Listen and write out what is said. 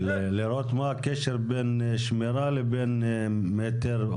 מה הקשר בין שמירה לבין מטר?